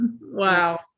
Wow